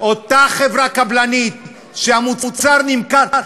אותה חברה קבלנית שהמוצר שלה נמכר,